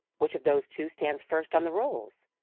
which of those two stands first on the rolls?